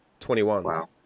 21